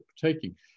partaking